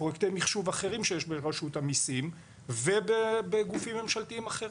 פרויקטי מחשוב אחרים שיש ברשות המיסים ובגופים ממשלתיים אחרים?